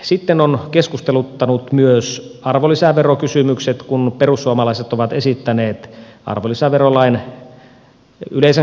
sitten ovat keskusteluttaneet myös arvonlisäverokysymykset kun perussuomalaiset ovat esittäneet arvonlisäverolain yleisen kannan laskemista